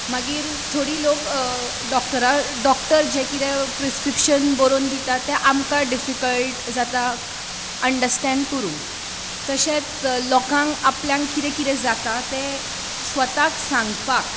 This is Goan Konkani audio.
मागीर थोडे लोक डॉक्टरा डॉक्टर जें कितें प्रिसक्रिप्शन बरोवन दिता ते आमकां डिफीकल्ट जाता अंडस्टेंड करूंक तशेंच लोकांक आपल्यांक कितें कितें जाता तें स्वताक सांगपाक